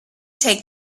take